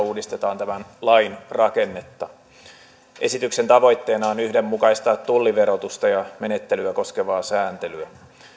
uudistetaan tämän lain rakennetta esityksen tavoitteena on yhdenmukaistaa tulliverotusta ja menettelyä koskevaa sääntelyä